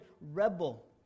rebel